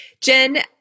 Jen